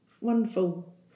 wonderful